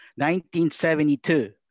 1972